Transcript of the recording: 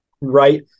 Right